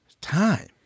time